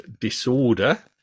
disorder